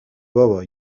بابا